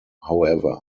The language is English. however